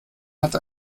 hat